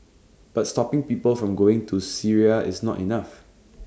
but stopping people from going to Syria is not enough